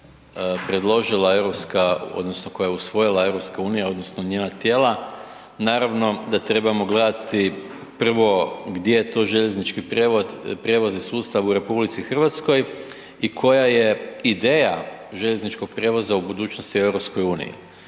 koje je usvojila EU odnosno njena tijela, naravno da trebamo gledati prvo gdje je to željeznički prijevoz i sustav u RH i koja je ideja željezničkog prijevoza u budućnosti u EU.